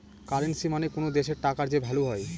currency মানে কোনো দেশের টাকার যে ভ্যালু হয়